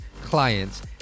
clients